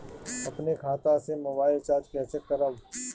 अपने खाता से मोबाइल रिचार्ज कैसे करब?